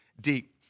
deep